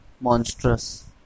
Monstrous